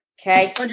okay